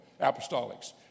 Apostolics